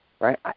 right